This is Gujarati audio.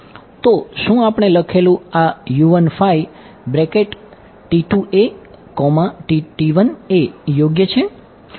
તો શું આપણે લખેલું આ યોગ્ય છે